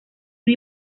una